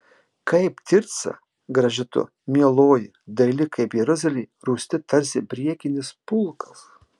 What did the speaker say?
kaip tirca graži tu mieloji daili kaip jeruzalė rūsti tarsi priekinis pulkas